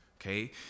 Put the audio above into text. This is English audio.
okay